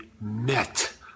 met